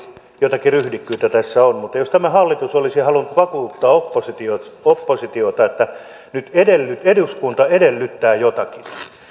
jotakin ryhdikkyyttä tässä on mutta jos tämä hallitus olisi halunnut vakuuttaa oppositiota oppositiota että nyt eduskunta edellyttää jotakin